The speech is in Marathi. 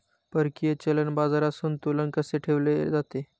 परकीय चलन बाजारात संतुलन कसे ठेवले जाते?